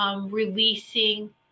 Releasing